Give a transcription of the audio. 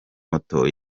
moto